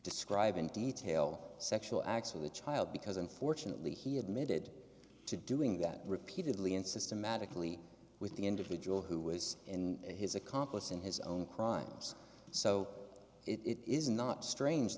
describe in detail sexual acts with a child because unfortunately he admitted to doing that repeatedly and systematically with the individual who was in his accomplice in his own crimes so it is not strange